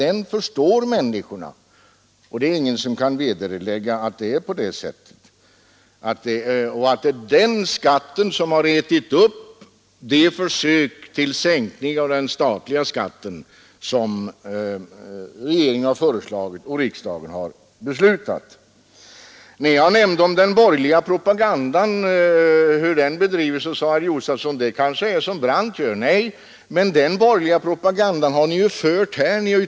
Det förstår människorna, och det finns ingen som kan vederlägga att det förhåller sig på det sättet. Det är kommunalskatten som har ätit upp de sänkningar av den statliga skatten som regeringen har föreslagit och som riksdagen har beslutat. När jag nämnde hur den borgerliga propagandan bedrivs sade herr Josefson att det kanske bara är som Brandt säger i valpropagandan. Nej, den borgerliga propagandan har ni fört här.